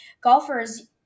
golfers